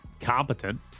competent